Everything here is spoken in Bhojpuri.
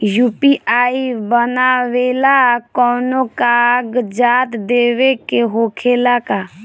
यू.पी.आई बनावेला कौनो कागजात देवे के होखेला का?